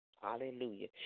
Hallelujah